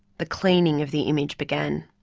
the cleaning of the image began.